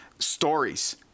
stories